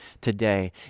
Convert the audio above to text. today